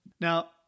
Now